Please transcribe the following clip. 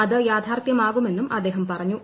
അത് യാഥാർത്ഥ്യമാകുമെന്നും അദ്ദേഹം പറഞ്ഞു